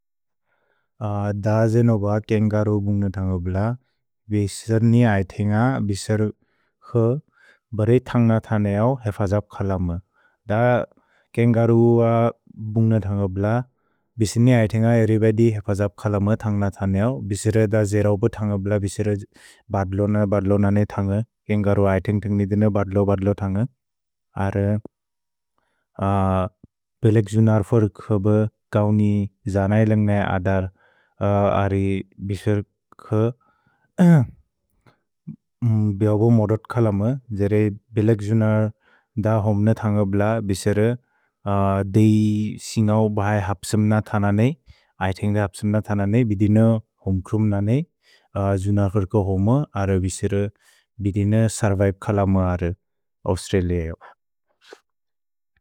द जेनो ब केन्ग रु बुन्ग्न थन्ग ब्ल, विस्नि ऐथिन्ग, विसर् बरे थन्ग थनेओ हेफजप् खलम। द केन्ग रु बुन्ग्न थन्ग ब्ल, विस्नि ऐथिन्ग एवेर्य्बोद्य् हेफजप् खलम थन्ग थनेओ। विसेर द जेरौब थन्ग ब्ल, विसेर बद्लो न बद्लो नने थन्ग। केन्ग रु ऐथिन्ग थन्ग निदे न बद्लो बद्लो थन्ग। अरु बेलेक् जुनर् फोर्क् होबि कौनि जनैलन्ग् नै अदर्, अरि विसर्को बेओगो मोदोत् खलम। जेरे बेलेक् जुनर् द होम्ने थन्ग ब्ल, विसेर देइ सिन्गौ बहए हप्सिम् न थन ने, ऐथिन्ग हप्सिम् न थन ने, बिदिन होम्क्रुम् नने जुनर् होर्को होम, अरि विसेर बिदिन सर्वैप् खलम अरि औस्त्रलिअ एओ।